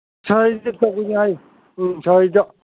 ꯁꯥꯏꯗ ꯆꯠꯂꯨꯉꯥꯏ ꯎꯝ ꯁꯥꯏꯗ